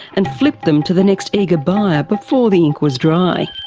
and flipped them to the next eager buyer before the ink was dry.